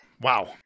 Wow